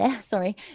Sorry